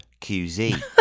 QZ